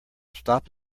stop